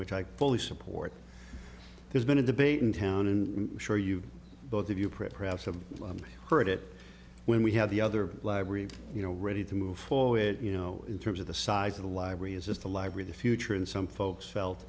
which i fully support there's been a debate in town and sure you both of you print perhaps have heard it when we have the other library you know ready to move forward you know in terms of the size of the library is just the library the future and some folks felt